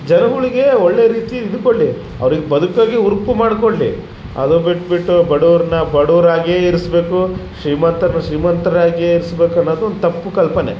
ಜನಗಳಿಗೆ ಒಳ್ಳೇ ರೀತಿ ಇದ್ಕೊಡ್ಲಿ ಅವ್ರಿಗೆ ಬದ್ಕಕ್ಕೆ ಹುರ್ಪು ಮಾಡಿಕೊಡ್ಲಿ ಅದು ಬಿಟ್ಬಿಟ್ಟು ಬಡವ್ರನ್ನ ಬಡೋರಾಗಿ ಇರಿಸ್ಬೇಕು ಶ್ರೀಮಂತ ಪ್ರ ಶ್ರೀಮಂತರಾಗಿಯೇ ಇರಿಸ್ಬೇಕು ಅನ್ನೋದನ್ ತಪ್ಪು ಕಲ್ಪನೆ